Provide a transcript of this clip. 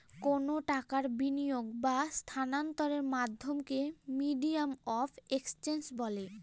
কোনো টাকার বিনিয়োগ বা স্থানান্তরের মাধ্যমকে মিডিয়াম অফ এক্সচেঞ্জ বলে